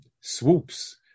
swoops